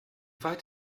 weit